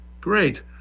Great